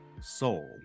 Soul